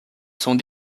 sont